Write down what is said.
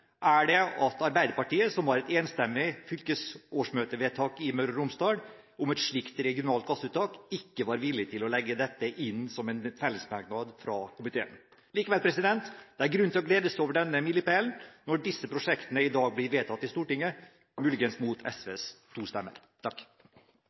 er det at Arbeiderpartiet, som har et enstemmig fylkesårsmøtevedtak i Møre og Romsdal om et slikt regionalt gassuttak, ikke var villig til å legge dette inn som en fellesmerknad fra komiteen. Likevel: Det er grunn til å glede seg over denne milepælen når disse prosjektene i dag blir vedtatt i Stortinget – muligens mot